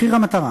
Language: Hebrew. מחיר המטרה,